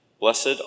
Blessed